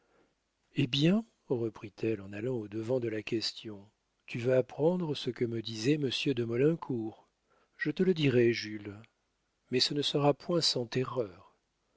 eh bien reprit-elle en allant au-devant de la question tu veux apprendre ce que me disait monsieur de maulincour je te le dirai jules mais ce ne sera point sans terreur